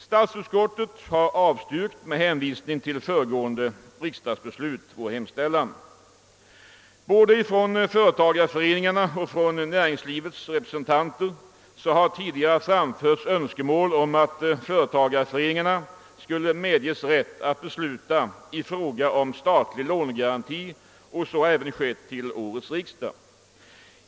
Statsutskottet har avstyrkt vår hemställan med hänvisning till föregående riksdags beslut. Både från företagareföreningarna och från näringslivets representanter har tidigare framförts önskemål om att företagareföreningarna skulle medges rätt att besluta i fråga om statlig lånegaranti, och så har även skett vid årets riksdag.